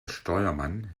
steuermann